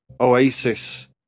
Oasis